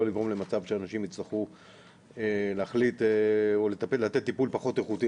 לגרום למצב שאנשים יצטרכו להחליט לתת טיפול פחות איכותי,